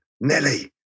nelly